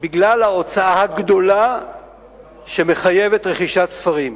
בגלל ההוצאה הגדולה שמחייבת רכישת ספרים,